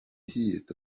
hyd